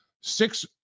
Six